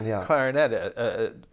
clarinet